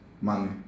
Money